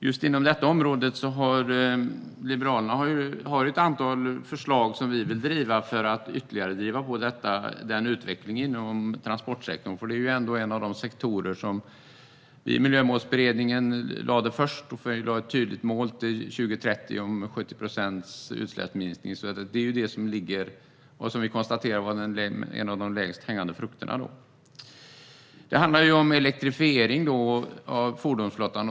Just inom detta område har Liberalerna ett antal förslag som vi vill driva för att ytterligare driva på utvecklingen inom transportsektorn. Det är ändå en av de sektorer som vi i Miljömålsberedningen först lade fram ett tydligt mål om till 2030 om 70 procents utsläppsminskning. Det har vi konstaterat var en av de lägst hängande frukterna. Det handlar om elektrifiering av fordonsflottan.